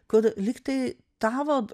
kur lygtai tavo